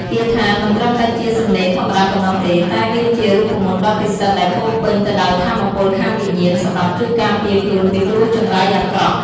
គាថាមិនត្រឹមតែជាសំណេរធម្មតាប៉ុណ្ណោះទេ តែវាជារូបមន្តដ៏ពិសិដ្ឋដែលពោរពេញទៅដោយថាមពលខាងវិញ្ញាណសម្រាប់ជួយការពារខ្លួនពីគ្រោះចង្រៃអាក្រក់។